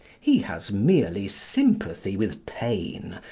he has merely sympathy with pain,